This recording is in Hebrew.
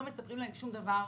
לא מספרים להם שום דבר.